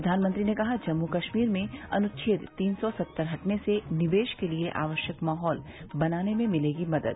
प्रधानमंत्री ने कहा जम्मू कश्मीर में अनुच्छेद तीन सौ सत्तर हटने से निवेश के लिये आवश्यक माहौल बनाने में मिलेगी मदद